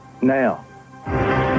Now